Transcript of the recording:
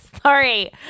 Sorry